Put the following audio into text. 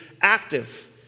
active